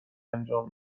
انجام